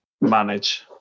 manage